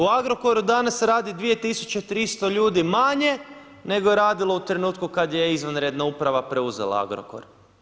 U Agrokoru danas radi 2300 ljudi manje nego je radilo u trenutku kada je izvanredna uprava preuzela Agrokor.